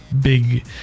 big